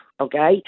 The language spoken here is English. okay